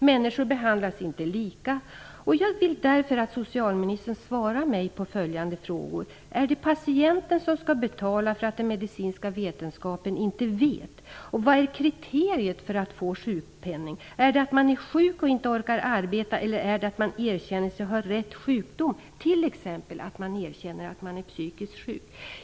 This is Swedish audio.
Människor behandlas inte lika. Jag vill därför att socialministern svarar mig på följande frågor. Är det patienten som skall betala för att den medicinska vetenskapen inte vet? Vad är kriteriet för att få sjukpenning? Är det att man är sjuk och inte orkar arbeta, eller är det att man erkänner sig ha rätt sjukdom, t.ex. att man är psykiskt sjuk?